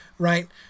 right